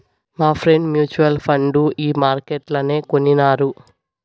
మాఫ్రెండ్ mutual fund ఈ మార్కెట్లనే కొనినారు